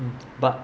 but